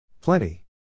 Plenty